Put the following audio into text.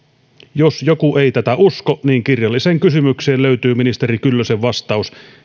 jos joku ei tätä usko niin kirjalliseen kysymykseen löytyy ministeri kyllösen vastaus